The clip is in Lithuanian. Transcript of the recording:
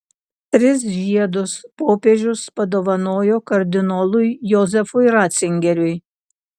tris žiedus popiežius padovanojo kardinolui jozefui ratzingeriui